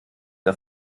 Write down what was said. der